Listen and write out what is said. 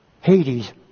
Hades